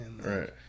Right